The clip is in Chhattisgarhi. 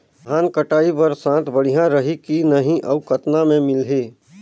धान कटाई बर साथ बढ़िया रही की नहीं अउ कतना मे मिलही?